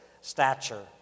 stature